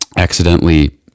accidentally